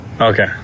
Okay